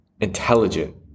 intelligent